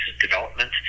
development